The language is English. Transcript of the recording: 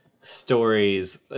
stories